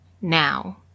now